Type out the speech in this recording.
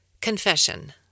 Confession